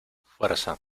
fuerza